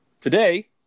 Today